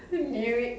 knew it